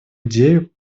идею